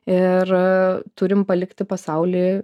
ir turim palikti pasaulį